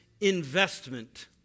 investment